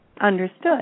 understood